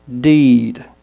deed